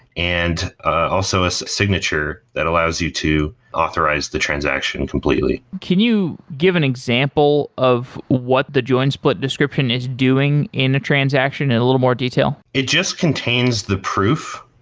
and ah also as a signature that allows you to authorize the transaction completely can you give an example of what the join split description is doing in a transaction in a little more detail? it just contains the proof,